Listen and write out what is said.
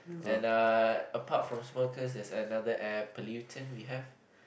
and uh apart from smokers there's a another air pollutant we have